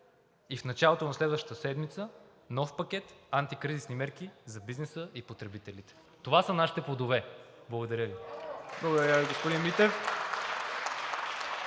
и в началото на следващата седмица нов пакет антикризисни мерки за бизнеса и потребителите. Това са нашите плодове. Благодаря Ви. (Ръкопляскания от